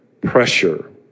pressure